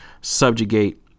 subjugate